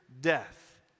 death